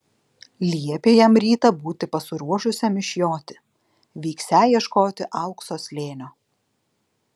liepė jam rytą būti pasiruošusiam išjoti vyksią ieškoti aukso slėnio